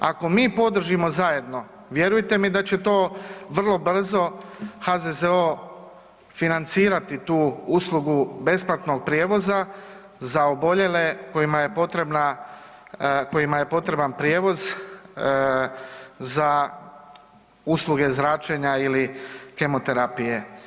Ako mi podržimo zajedno vjerujte mi da će to vrlo brzo HZZO financirati tu uslugu besplatnog prijevoza za oboljele kojima je potrebna, kojima je potreban prijevoz za usluge zračenja ili kemoterapije.